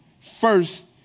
first